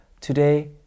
today